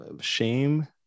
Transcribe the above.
Shame